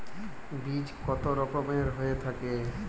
বীজ কত রকমের হয়ে থাকে?